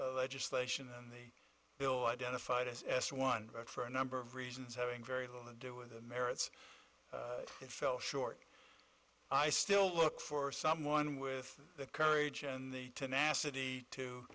legislation and the bill identified as s one for a number of reasons having very little to do with the merits it fell short i still look for someone with the courage and the tenacity to